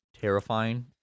terrifying